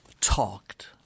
talked